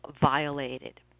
violated